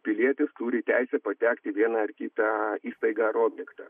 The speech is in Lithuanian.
pilietis turi teisę patekti į vieną ar kitą įstaigą ar objektą